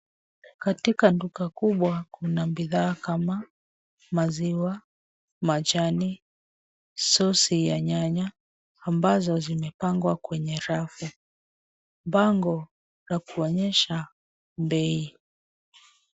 Katika duka kubwa kuna bidhaa kama maziwa, majani, sosi ya nyanya ambazo zimepangwa kwenye rafu. Bango la kuonyesha bei.